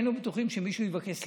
היינו בטוחים שמישהו יבקש סליחה.